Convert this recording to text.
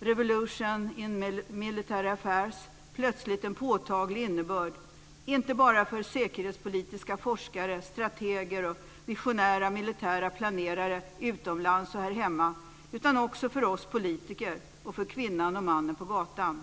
Revolution in Military Affairs, plötsligt en påtaglig innebörd inte bara för säkerhetspolitiska forskare, strateger och visionära militära planerare utomlands och här hemma, utan också för oss politiker och för kvinnan och mannen på gatan.